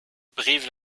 brive